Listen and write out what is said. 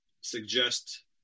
suggest